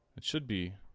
should be